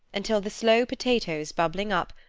until the slow potatoes bubbling up,